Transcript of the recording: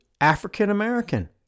African-American